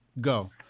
go